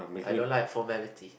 I don't like formality